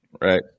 Right